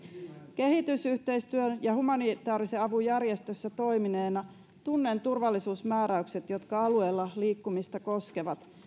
kehitysyhteistyön ja humanitaarisen avun järjestössä toimineena tunnen turvallisuusmääräykset jotka alueella liikkumista koskevat